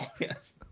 yes